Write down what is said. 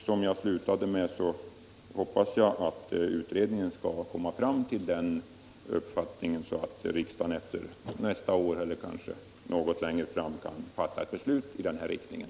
Som jag avslutningsvis framhöll hoppas jag att utredningen skall komma till ett sådant resultat att riksdagen nästa år eller eventuellt något längre fram kan fatta ett beslut i den av mig önskade riktningen.